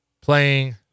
Playing